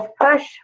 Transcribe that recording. push